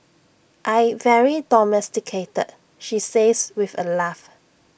I very domesticated she says with A laugh